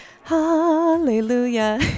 Hallelujah